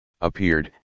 appeared